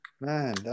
Man